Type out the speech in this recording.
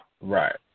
Right